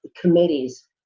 committees